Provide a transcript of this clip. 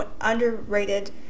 underrated